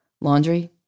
laundry